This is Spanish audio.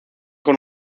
con